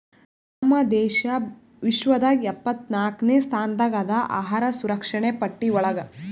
ನಮ್ ದೇಶ ವಿಶ್ವದಾಗ್ ಎಪ್ಪತ್ನಾಕ್ನೆ ಸ್ಥಾನದಾಗ್ ಅದಾ ಅಹಾರ್ ಸುರಕ್ಷಣೆ ಪಟ್ಟಿ ಒಳಗ್